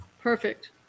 Perfect